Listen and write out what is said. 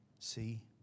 See